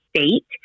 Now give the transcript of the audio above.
state